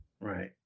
Right